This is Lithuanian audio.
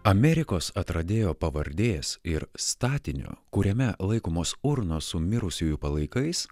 amerikos atradėjo pavardės ir statinio kuriame laikomos urnos su mirusiųjų palaikais